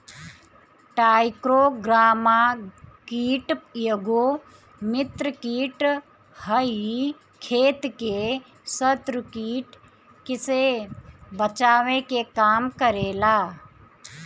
trichogramma कीट एगो मित्र कीट ह इ खेत के शत्रु कीट से बचावे के काम करेला